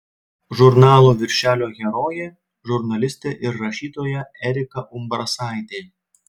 žurnalo viršelio herojė žurnalistė ir rašytoja erika umbrasaitė